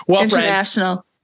International